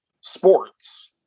sports